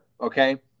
okay